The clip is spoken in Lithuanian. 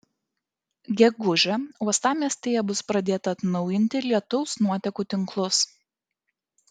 gegužę uostamiestyje bus pradėta atnaujinti lietaus nuotekų tinklus